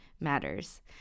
Matters